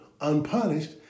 unpunished